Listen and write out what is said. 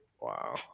Wow